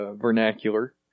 vernacular